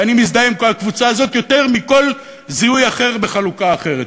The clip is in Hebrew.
ואני מזדהה עם כל הקבוצה הזאת יותר מכל זיהוי אחר בחלוקה אחרת.